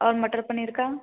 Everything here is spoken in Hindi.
और मटर पनीर का